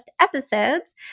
episodes